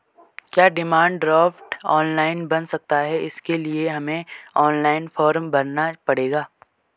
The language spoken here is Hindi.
क्या डिमांड ड्राफ्ट ऑनलाइन बन सकता है इसके लिए हमें ऑनलाइन फॉर्म भरना पड़ेगा?